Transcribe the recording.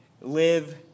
live